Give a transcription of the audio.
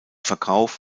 verkauf